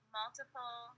multiple